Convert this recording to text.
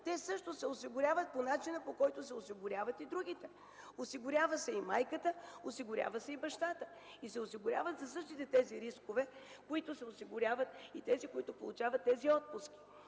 Те се осигуряват по начина, по който се осигуряват и другите. Осигурява се и майката, осигурява се и бащата, и то за същите тези рискове, за които се осигуряват и родителите, които получават тези отпуски.